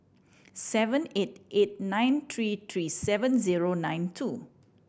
seven eight eight nine three three seven zero nine two